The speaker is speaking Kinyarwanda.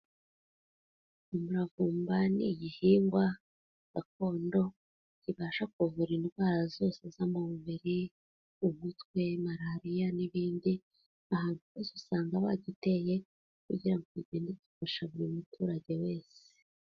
Umuravumba ni igihingwa gakondo, kibasha kuvura indwara zose zo mu mubiri, umutwe, malariya n'ibindi, ahantu hose usanga bagiteye kugira ngo kigende gifasha buri muturage wese.